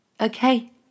Okay